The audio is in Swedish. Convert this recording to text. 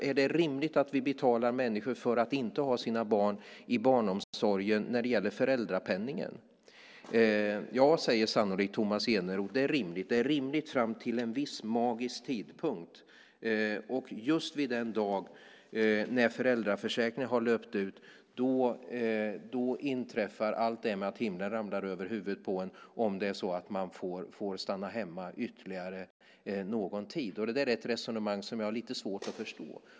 Är det rimligt att vi betalar människor för att inte ha sina barn i barnomsorgen när det gäller föräldrapenningen? Ja, säger sannolikt Tomas Eneroth, det är rimligt. Det är rimligt fram till en viss magisk tidpunkt, och just vid den dag då föräldraförsäkringen har löpt ut inträffar det att himlen ramlar över huvudet på en, om man får stanna hemma ytterligare någon tid. Det är ett resonemang som jag har lite svårt att förstå.